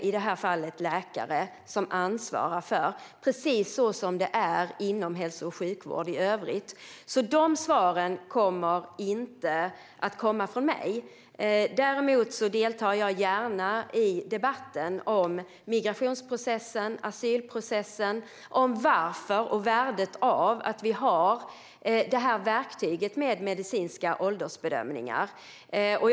I det här fallet är det läkare som har ansvaret, precis som det är inom hälso och sjukvård i övrigt. Dessa svar kommer alltså inte att komma från mig. Däremot deltar jag gärna i debatten om migrationsprocessen och asylprocessen och om varför vi har detta verktyg med medicinska åldersbedömningar och värdet av det.